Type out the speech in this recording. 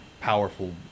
powerful